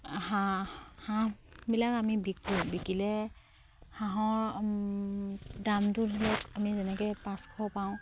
হাঁহ হাঁহবিলাক আমি বিকো বিকিলে হাঁহৰ দামটো ধৰি লওক আমি যেনেকে পাঁচশ পাওঁ